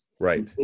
Right